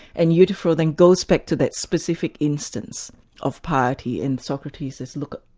and euthyphro then goes back to that specific instance of piety and socrates says, look,